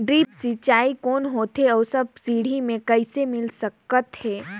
Drip सिंचाई कौन होथे अउ सब्सिडी मे कइसे मिल सकत हे?